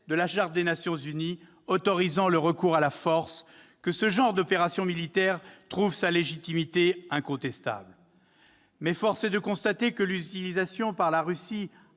de la Charte des Nations unies, autorisant le recours à la force, que ce genre d'opérations militaires trouve sa légitimité incontestable. Toutefois, force est de constater qu'en utilisant son droit de